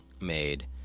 made